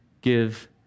give